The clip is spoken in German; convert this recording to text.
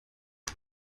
ich